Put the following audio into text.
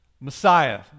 Messiah